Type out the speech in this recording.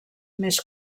més